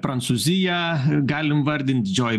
prancūziją galim vardint didžioji